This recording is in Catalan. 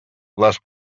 les